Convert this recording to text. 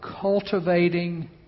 cultivating